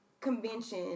convention